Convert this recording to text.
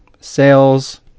sales